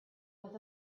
was